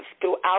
throughout